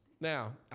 Now